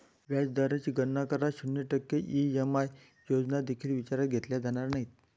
व्याज दराची गणना करा, शून्य टक्के ई.एम.आय योजना देखील विचारात घेतल्या जाणार नाहीत